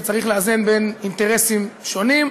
שצריך לאזן בין אינטרסים שונים.